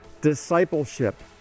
discipleship